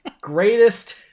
greatest